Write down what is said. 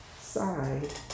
side